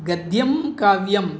गद्यकाव्यम्